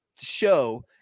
show